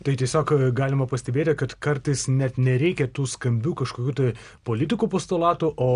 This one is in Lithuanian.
tai tiesiog galima pastebėti kad kartais net nereikia tų skambių kažkokių tai politikų postulatų o